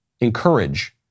encourage